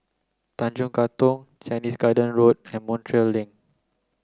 Tanjong Katong Chinese Garden Road and Montreal Link